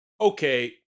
okay